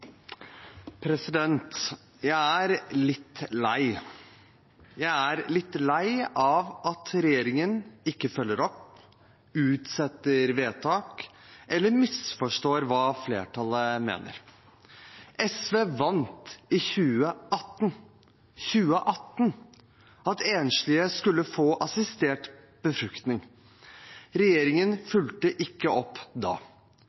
litt lei av at regjeringen ikke følger opp, utsetter vedtak eller misforstår hva flertallet mener. SV vant i 2018 – 2018 – at enslige skulle få assistert befruktning. Regjeringen fulgte ikke opp da.